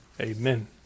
Amen